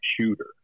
shooter